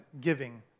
giving